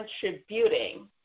contributing